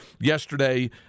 yesterday